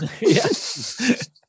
yes